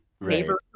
neighborhood